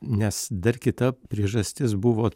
nes dar kita priežastis buvo